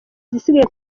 zisigaye